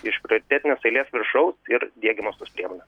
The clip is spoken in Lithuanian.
iš prioritetinės eilės viršaus ir diegiamos tos priemonė